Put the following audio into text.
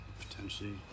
potentially